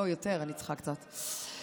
לא, אני צריכה קצת יותר.